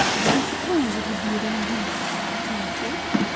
do you suppose it would be of any use to dig?